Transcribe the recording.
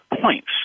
points